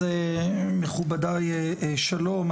אז מכובדיי, שלום.